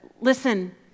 listen